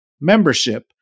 Membership